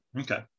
Okay